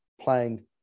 playing